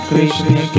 Krishna